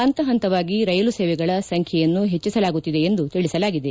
ಹಂತ ಹಂತವಾಗಿ ರೈಲು ಸೇವೆಗಳ ಸಂಖ್ಯೆಯನ್ನು ಹೆಚ್ಚಿಸಲಾಗುತ್ತಿದೆ ಎಂದು ತಿಳಿಸಲಾಗಿದೆ